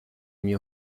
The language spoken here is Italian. mie